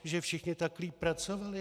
Že všichni tam líp pracovali?